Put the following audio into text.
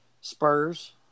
Spurs